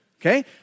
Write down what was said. Okay